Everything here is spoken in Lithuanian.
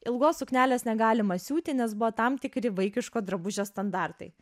ilgos suknelės negalima siūti nes buvo tam tikri vaikiško drabužio standartai